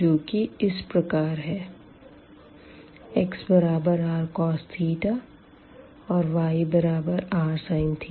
जो की इस प्रकार है xrcos और yrsin